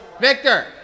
Victor